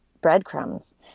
breadcrumbs